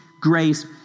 grace